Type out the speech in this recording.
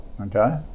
Okay